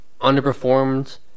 underperformed